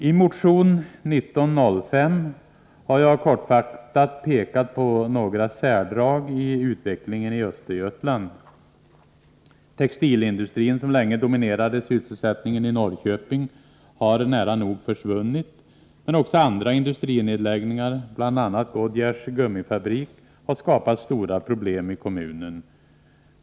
I motion 1905 har jag kortfattat pekat på några särdrag i utvecklingen i Östergötland. Textilindustrin, som länge dominerade sysselsättningen i Norrköping, har nära nog försvunnit, men också andra industrinedläggningar, bl.a. av Goodyears gummifabrik, har skapat stora problem i kommunen.